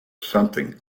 something